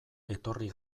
etorri